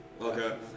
Okay